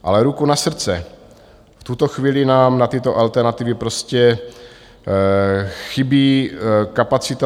Ale ruku na srdce, v tuto chvíli nám na tyto alternativy prostě chybí kapacita.